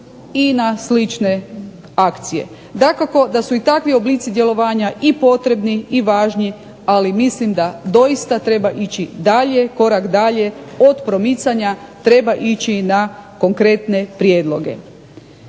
i na slične akcije. Dakako da su i takvi oblici djelovanja i potrebni i važni, ali mislim da doista treba ići dalje, korak dalje od promicanja, treba ići na konkretne prijedloge